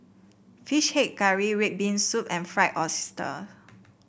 fish head curry red bean soup and Fried Oyster